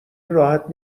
راحت